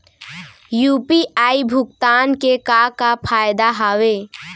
UPI भुगतान के का का फायदा हावे?